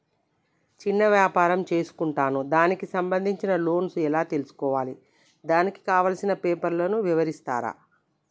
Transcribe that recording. చిన్న వ్యాపారం చేసుకుంటాను దానికి సంబంధించిన లోన్స్ ఎలా తెలుసుకోవాలి దానికి కావాల్సిన పేపర్లు ఎవరిస్తారు?